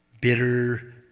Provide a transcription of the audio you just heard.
bitter